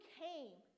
came